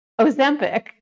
Ozempic